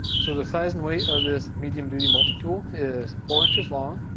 so the size and weight of this medium-duty multi-tool is four inches long,